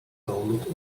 download